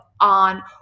on